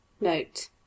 Note